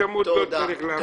והצמוד לא צריך להוות עניין.